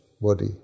body